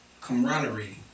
camaraderie